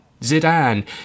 Zidane